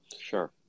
Sure